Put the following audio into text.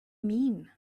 mean